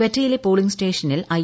കുറ്റയിലെ polling സ്റ്റേഷനിൽ I